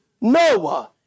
Noah